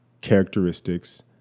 characteristics